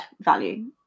value